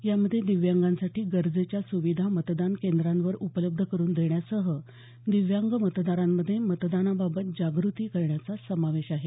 यामध्ये दिव्यांगांसाठी गरजेच्या सुविधा मतदान केंद्रांवर उपलब्ध करून देण्यासह दिव्यांग मतदारांमध्ये मतदानाबाबत जाग्रती करण्याचा समावेश आहे